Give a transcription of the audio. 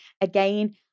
Again